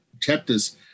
chapters